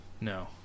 No